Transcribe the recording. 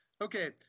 Okay